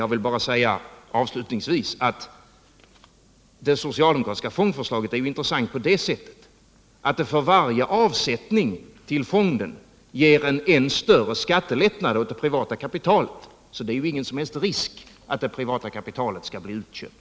Avslutningsvis vill jag bara säga att det socialdemokratiska fondförslaget är intressant på det sättet att det för varje avsättning till fonden ger en ännu större skattelättnad åt det privata kapitalet — det är således ingen som helst risk för att det privata kapitalet skall bli utköpt!